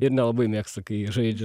ir nelabai mėgsta kai jie žaidžia